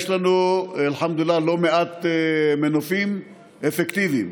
יש לנו, אלחמדולילה, לא מעט מנופים אפקטיביים.